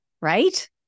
right